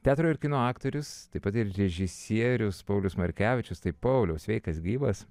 teatro ir kino aktorius taip pat ir režisierius paulius markevičius tai pauliaus sveikas gyvas